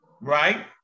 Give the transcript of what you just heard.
right